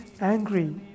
angry